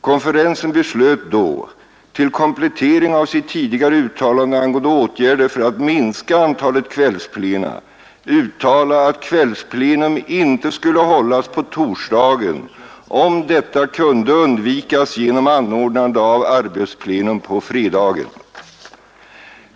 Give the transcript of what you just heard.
Konferensen beslöt då — till komplettering av sitt tidigare uttalande angående åtgärder för att minska antalet kvällsplena — uttala att kvällsplenum inte skulle hållas på torsdagen om detta kunde undvikas genom anordnande av arbetsplenum på fredagen.